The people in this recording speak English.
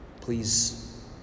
Please